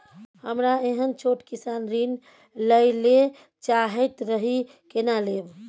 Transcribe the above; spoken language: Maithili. हमरा एहन छोट किसान ऋण लैले चाहैत रहि केना लेब?